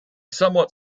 somewhat